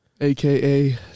AKA